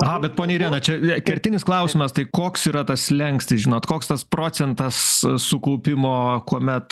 aha bet ponia irena čia kertinis klausimas tai koks yra tas slenkstis žinot koks tas procentas sukaupimo kuomet